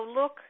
look